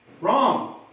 Wrong